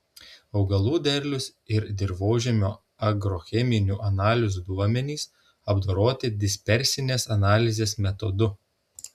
augalų derlius ir dirvožemio agrocheminių analizių duomenys apdoroti dispersinės analizės metodu